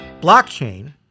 Blockchain